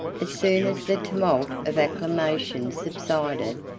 as soon as the tumult of acclamations subsided,